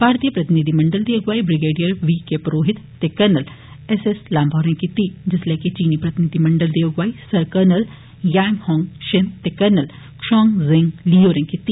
भारतीय प्रतिनिधिमंडल दी अगुआई ब्रिगेडियर वी के परोहित ते कर्नल एस एस लांबा होरें कीती जिसलै कि चीनी प्रतिनिधिमंडल दी अगुआई sir colonel Yan Hong Qin ते कर्नल शांग जेग ली होरें कीती